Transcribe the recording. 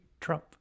Trump